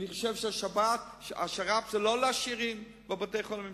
אני חושב שהשר"פ זה לא לעשירים בבתי-חולים ממשלתיים.